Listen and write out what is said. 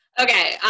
Okay